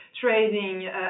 trading